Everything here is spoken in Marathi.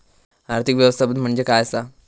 आर्थिक व्यवस्थापन म्हणजे काय असा?